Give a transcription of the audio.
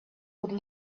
would